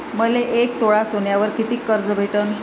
मले एक तोळा सोन्यावर कितीक कर्ज भेटन?